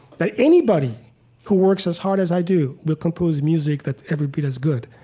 that anybody who works as hard as i do will compose music that every bit as good.